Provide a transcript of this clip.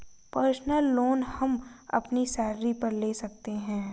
personal loan हम अपनी salary पर ले सकते है